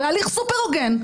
בהליך סופר הוגן,